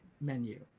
menu